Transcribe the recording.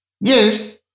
Yes